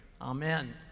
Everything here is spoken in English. Amen